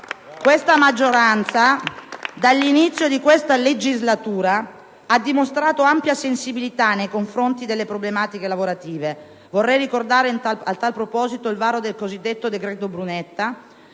Questa maggioranza dall'inizio della legislatura ha dimostrato ampia sensibilità nei confronti delle problematiche lavorative. Vorrei ricordare a tal proposito il varo del cosiddetto decreto Brunetta